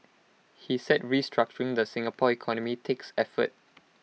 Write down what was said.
he said restructuring the Singapore economy takes effort